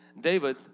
David